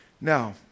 Now